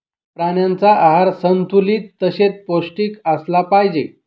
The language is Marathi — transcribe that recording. प्राण्यांचा आहार संतुलित तसेच पौष्टिक असला पाहिजे